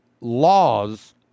laws